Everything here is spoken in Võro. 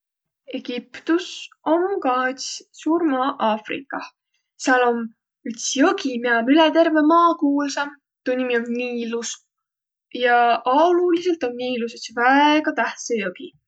Egiptüs om kah üts suur maa Afrikah, sääl om üts jõgi, miä om üle terve maa kuulsa, tuu nimi om Niilus. Ja aolulidsõlt om Niilus üts väega tähtsä jõgi.